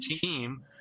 team